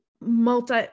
multi